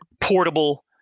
portable